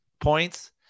points